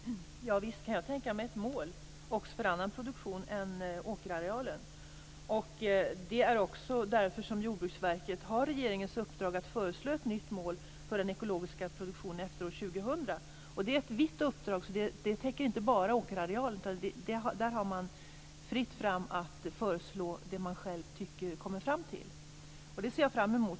Fru talman! Javisst kan jag tänka mig ett mål också för annan produktion än vad gäller åkerarealen. Det är också därför som Jordbruksverket har regeringens uppdrag att föreslå ett nytt mål för den ekologiska produktionen efter år 2000. Det är ett vitt uppdrag som inte bara täcker åkerarealen, utan där är det fritt fram att föreslå det man själv kommer fram till. Detta ser jag fram emot.